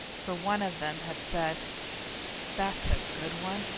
for one of them had said that's a good one!